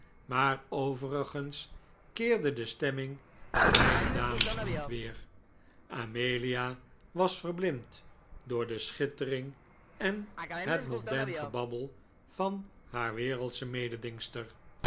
maar overigens keerde de stemming der beide dames niet weer amelia was verblind door de schittering en het mondain gebabbel van haar wereldsche